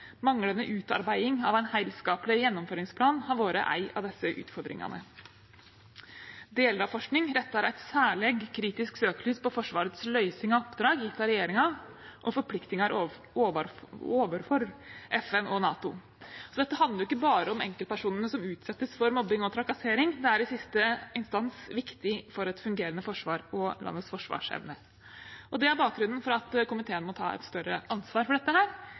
utarbeiding av ein heilskapeleg gjennomføringsplan har vore ei av desse utfordringane.» Og videre: «Delar av forsking rettar eit særleg kritisk søkelys på Forsvarets løysing av oppdrag gitt av regjeringa og forpliktingar overfor FN og NATO.» Så dette handler ikke bare om enkeltpersonene som utsettes for mobbing og trakassering, det er i siste instans viktig for et fungerende forsvar og landets forsvarsevne. Det er bakgrunnen for at komiteen må ta et større ansvar for dette.